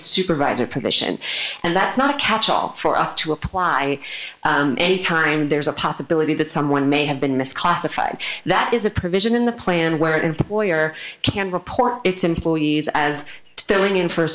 supervisor position and that's not a catch all for us to apply any time there's a possibility that someone may have been misclassified that is a provision in the plan where an employer can report its employees as filling in for a